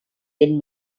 did